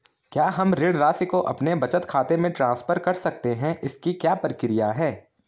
क्या हम ऋण राशि को अपने बचत खाते में ट्रांसफर कर सकते हैं इसकी क्या प्रक्रिया है?